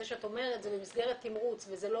זה שאת אומרת שזה במסגרת תמרוץ וזה לא